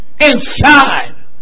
inside